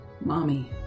mommy